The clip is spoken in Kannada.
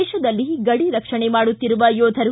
ದೇತದಲ್ಲಿ ಗಡಿ ರಕ್ಷಣೆ ಮಾಡುತ್ತಿರುವ ಯೋಧರು